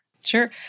Sure